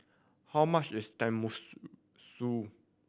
how much is Tenmusu